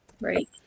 Right